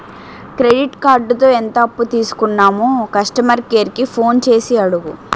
credit కార్డుతో ఎంత అప్పు తీసుకున్నామో కస్టమర్ కేర్ కి ఫోన్ చేసి అడుగు